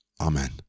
Amen